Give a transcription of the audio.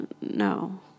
No